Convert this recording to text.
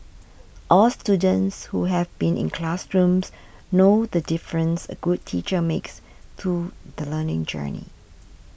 all students who have been in classrooms know the difference a good teacher makes to the learning journey